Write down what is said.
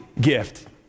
gift